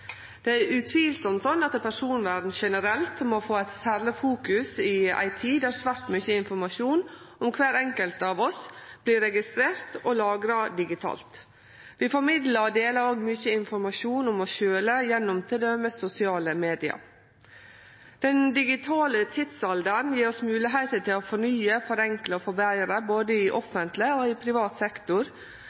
Det er utvilsamt slik at personvern generelt må få eit særleg fokus i ei tid då svært mykje informasjon om kvar enkelt av oss vert registrert og lagra digitalt. Vi formidlar og deler mykje informasjon om oss sjølve gjennom t.d. sosiale medium. Den digitale tidsalderen gjev oss moglegheiter til å fornye, forenkle og forbetre både i offentleg og i privat sektor.